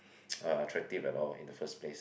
uh attractive at all in the first place